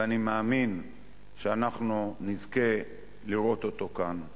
ואני מאמין שאנחנו נזכה לראות אותו כאן אתנו.